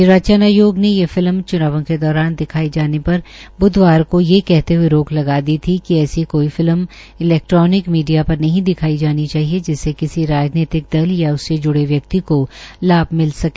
निर्वाचन आयोग ने यह फिल्म च्नावों के दौरान दिखाये जाने पर ब्धवार को ये कहते हये रोक लगा दी थी कि ऐसी कोई फिल्म इलैक्ट्रोनिक मीडिया पर नहीं दिखाई जानी चाहिए जिससे किसी राजनीतिक दल या उससे जुड़े व्यक्ति का लाभ मिल सके